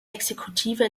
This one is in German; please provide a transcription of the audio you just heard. exekutive